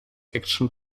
action